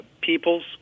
peoples